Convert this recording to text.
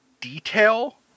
detail